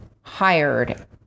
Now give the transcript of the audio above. hired